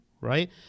right